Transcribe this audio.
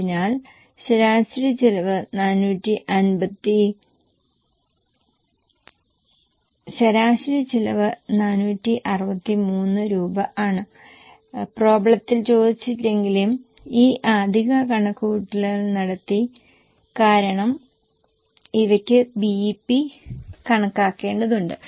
അതിനാൽ ശരാശരി ചെലവ് 463 രൂപ ആണ് പ്രോബ്ളത്തിൽ ചോദിച്ചില്ലെങ്കിലും ഈ അധിക കണക്കുകൂട്ടൽ നടത്തി കാരണം ഇവയ്ക്ക് BEP കണക്കാക്കേണ്ടതുണ്ട്